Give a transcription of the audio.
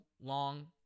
long